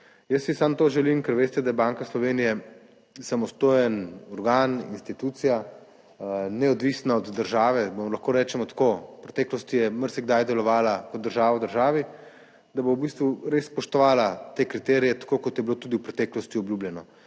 Jaz si samo to želim, ker veste, da je Banka Slovenije samostojen organ, institucija, neodvisna od države, lahko rečemo tako, v preteklosti je marsikdaj delovala kot država v državi, da bo v bistvu res spoštovala te kriterije, tako kot je bilo tudi v preteklosti obljubljeno.